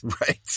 Right